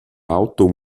otto